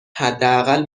حداقل